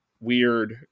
weird